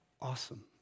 awesome